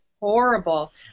horrible